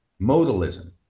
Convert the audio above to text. modalism